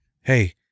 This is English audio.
hey